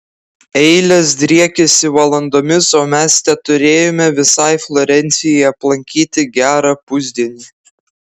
eilės driekiasi valandomis o mes teturėjome visai florencijai aplankyti gerą pusdienį